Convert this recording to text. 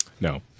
No